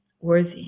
worthy